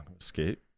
escape